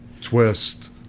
twist